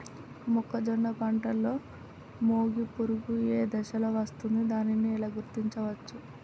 మొక్కజొన్న పంటలో మొగి పురుగు ఏ దశలో వస్తుంది? దానిని ఎలా గుర్తించవచ్చు?